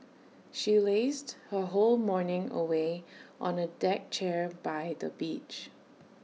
she lazed her whole morning away on A deck chair by the beach